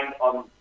on